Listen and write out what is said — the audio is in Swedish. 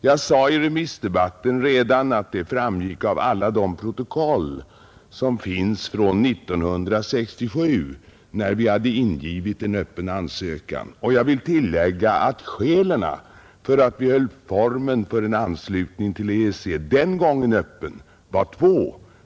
Jag sade redan i remissdebatten att detta framgick av alla de protokoll som finns från 1967, när vi hade ingivit en öppen ansökan. Jag vill tillägga att skälen för att vi den gången höll formen för anslutning till EEC öppen var två.